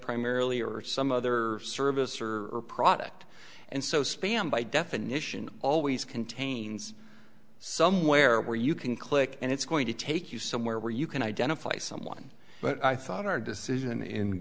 primarily or some other service or product and so spam by definition always contains somewhere where you can click and it's going to take you somewhere where you can identify someone but i thought our decision